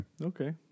Okay